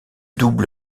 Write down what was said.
double